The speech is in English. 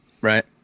right